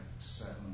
seven